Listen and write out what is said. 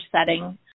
setting